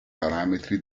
parametri